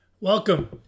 Welcome